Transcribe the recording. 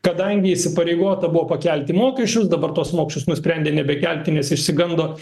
kadangi įsipareigota buvo pakelti mokesčius dabar tuos mokesčius nusprendė nebekelti nes išsigando